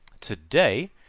today